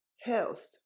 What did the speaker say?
Health